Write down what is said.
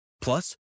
Plus